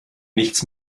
nichts